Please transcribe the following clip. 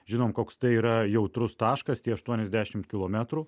žinom koks tai yra jautrus taškas tie aštuoniasdešimt kilometrų